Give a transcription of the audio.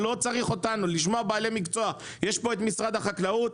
לא צריך אותנו תשמעו את משרד החקלאות,